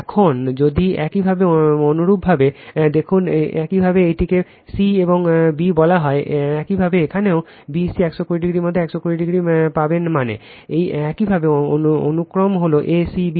এখন যদি একইভাবে অনুরূপভাবে দেখুন একইভাবে এইটিকে c এবং b বলা হয় একইভাবে এখানেও b c 120o এর মধ্যে 120o পাবেন মানে একইভাবে অনুক্রম হল a c b